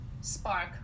spark